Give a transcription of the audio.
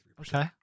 Okay